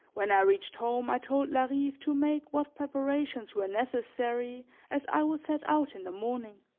when i reached home, i told larive to make what preparations were necessary as i would set out in the morning.